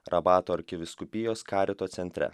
rabato arkivyskupijos karito centre